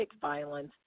violence